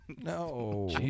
No